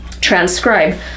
transcribe